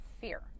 fear